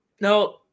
no